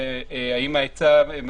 האם ההיצע מספיק?